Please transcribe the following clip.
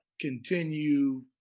continue